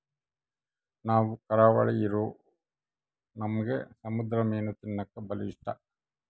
ನಾವು ಕರಾವಳಿರೂ ನಮ್ಗೆ ಸಮುದ್ರ ಮೀನು ತಿನ್ನಕ ಬಲು ಇಷ್ಟ